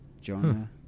Jonah